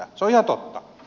se on ihan totta